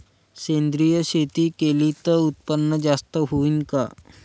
सेंद्रिय शेती केली त उत्पन्न जास्त होईन का?